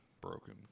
Broken